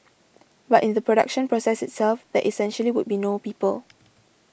but in the production process itself that essentially would be no people